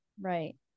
Right